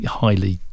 highly